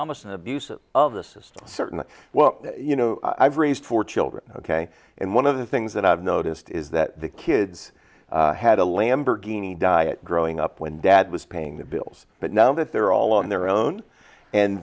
almost an abuse of the system certainly well you know i've raised four children ok and one of the things that i've noticed is that the kids had a lamborghini diet growing up when dad was paying the bills but now that they're all on their own and